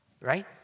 Right